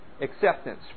acceptance